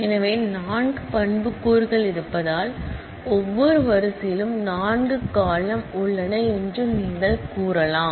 எனவே 4 ஆட்ரிபியூட்ஸ் இருப்பதால் ஒவ்வொரு வரிசையிலும் 4 காலம்ன் உள்ளன என்று நீங்கள் கூறலாம்